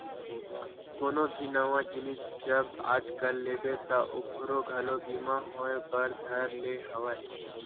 कोनो भी नवा जिनिस जब आजकल लेबे ता ओखरो घलो बीमा होय बर धर ले हवय